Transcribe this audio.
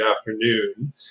afternoon